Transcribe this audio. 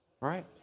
Right